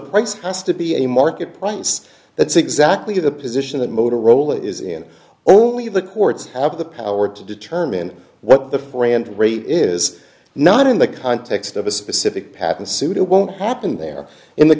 price has to be a market price that's exactly the position that motorola is in only the courts have the power to determine what the frand rate is not in the context of a specific pattern suit it won't happen there in the